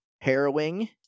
harrowing